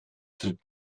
tritt